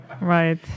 Right